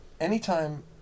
anytime